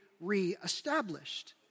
re-established